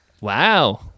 Wow